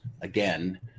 again